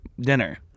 dinner